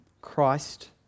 Christ